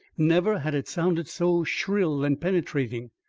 never had it sounded so shrill and penetrating.